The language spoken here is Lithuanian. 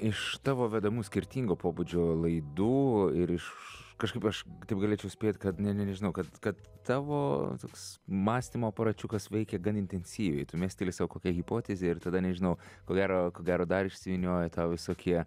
iš tavo vedamų skirtingo pobūdžio laidų ir iš kažkaip aš taip galėčiau spėt kad ne ne nežinau kad kad tavo toks mąstymo aparačiukas veikia gan intensyviai tu mesteli sau kokią hipotezę ir tada nežinau ko gero dar dar išsivynioja tau visokie